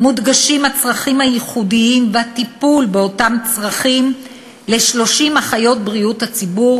מודגשים הצרכים הייחודיים והטיפול באותם צרכים ל-30 אחיות בריאות הציבור